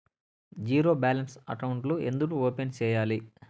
zero balance అకౌంట్లు ఎందుకు open సేయాలి